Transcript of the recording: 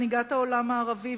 מנהיגת העולם הערבי,